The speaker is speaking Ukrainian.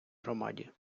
громаді